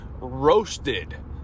roasted